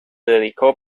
dedicó